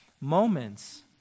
moments